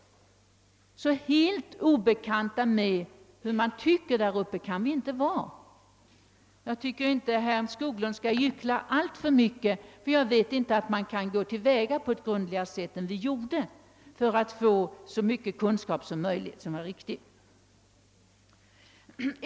Helt obekanta med hur man tycker där uppe, kan vi inte vara. Jag tycker inte herr Skoglund skall gyckla alltför mycket. Jag vet inte hur man skulle gå grundligare till väga än vi gjort för att få så mycket kunskap som möjligt.